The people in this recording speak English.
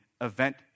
event